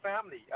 family